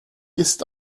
ist